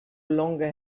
longer